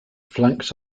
flanks